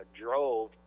drove